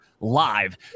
live